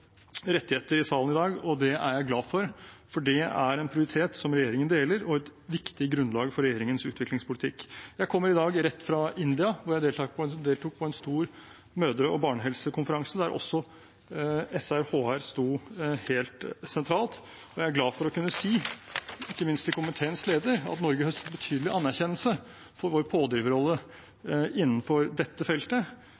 rettigheter i salen i dag, og det er jeg glad for, for det er en prioritet som regjeringen deler, og et viktig grunnlag for regjeringens utviklingspolitikk. Jeg kommer i dag rett fra India, hvor jeg deltok på en stor mødre- og barnehelsekonferanse der også SRHR sto helt sentralt, og jeg er glad for å kunne si, ikke minst til komiteens leder, at Norge høstet betydelig anerkjennelse for vår pådriverrolle